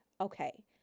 Okay